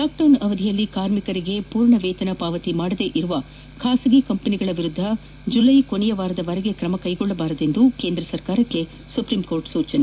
lockdown ಅವಧಿಯಲ್ಲಿ ಕಾರ್ಮಿಕರಿಗೆ ಪೂರ್ಣ ವೇತನ ಪಾವತಿ ಮಾಡದೇ ಇರುವ ಖಾಸಗಿ ಕಂಪನಿಗಳ ವಿರುದ್ದ ಜುಲೈ ಕೊನೆಯವಾರದವರೆಗೆ ಕ್ರಮ ಕೈಗೊಳ್ಳದಂತೆ ಸರ್ಕಾರಕ್ಷೆ ಸುಪ್ರೀಂಕೋರ್ಟ್ ಸೂಚನೆ